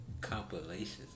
compilations